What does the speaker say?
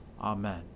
Amen